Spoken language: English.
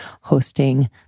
hosting